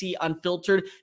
Unfiltered